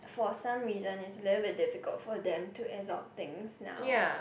for some reason it's a little bit difficult for them to absorb things now